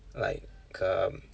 like um